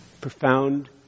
Profound